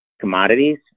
commodities